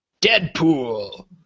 Deadpool